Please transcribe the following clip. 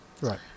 right